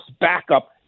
backup